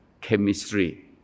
Chemistry